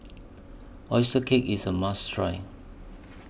Oyster Cake IS A must Try